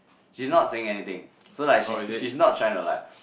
she's not saying anything so like she's she's not trying to like